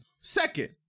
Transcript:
second